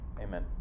amen